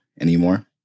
anymore